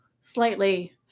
slightly